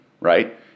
right